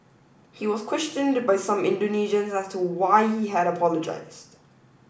he was questioned by some Indonesians as to why he had apologised